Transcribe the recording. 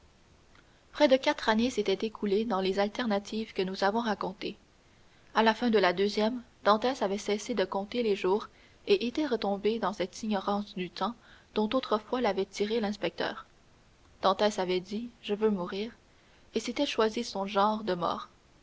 près de quatre années s'étaient écoulées dans les alternatives que nous avons racontées à la fin de la deuxième dantès avait cessé de compter les jours et était retombé dans cette ignorance du temps dont autrefois l'avait tiré l'inspecteur dantès avait dit je veux mourir et s'était choisi son genre de mort